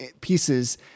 pieces